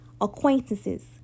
acquaintances